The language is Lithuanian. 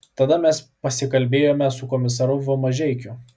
tada mes pasikalbėjome su komisaru v mažeikiu